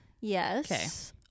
Yes